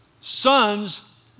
sons